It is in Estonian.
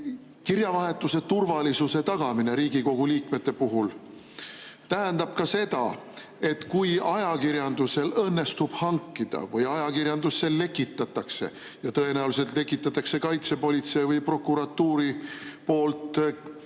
kirjavahetuse turvalisuse tagamine Riigikogu liikmete puhul tähendab ka seda, et kui ajakirjandusel õnnestub hankida või ajakirjandusse lekitatakse – ja tõenäoliselt kaitsepolitsei või prokuratuuri poolt –